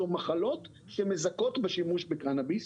אלה מחלות שמזכות בשימוש בקנביס.